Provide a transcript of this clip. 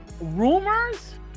rumors